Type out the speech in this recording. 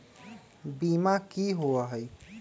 बीमा की होअ हई?